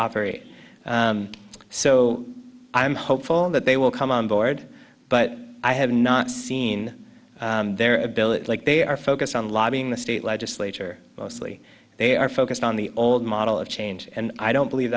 operate so i'm hopeful that they will come on board but i have not seen their ability like they are focused on lobbying the state legislature mostly they are focused on the old model of change and i don't believe